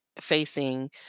facing